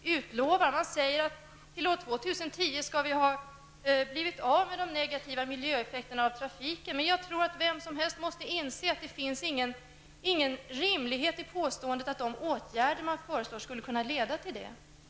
Man säger att vi till år 2010 skall ha blivit av med de negativa miljöeffekterna av trafiken. Men jag tror att vem som helst måste inse att det inte finns någon rimlighet i påståendet att de åtgärder man föreslår skulle kunna leda till detta.